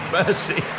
mercy